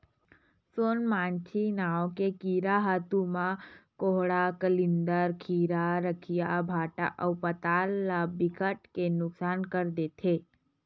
सोन मांछी नांव के कीरा ह तुमा, कोहड़ा, कलिंदर, खीरा, रखिया, भांटा अउ पताल ल बिकट के नुकसान कर देथे